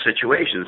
situations